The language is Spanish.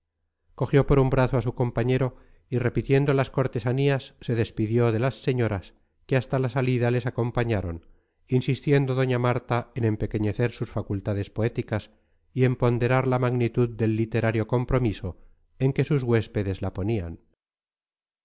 cogió por un brazo a su compañero y repitiendo las cortesanías se despidió de las señoras que hasta la salida les acompañaron insistiendo doña marta en empequeñecer sus facultades poéticas y en ponderar la magnitud del literario compromiso en que sus huéspedes la ponían